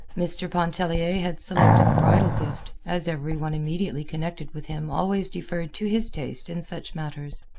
mr. pontellier had selected the bridal gift, as every one immediately connected with him always deferred to his taste in such matters.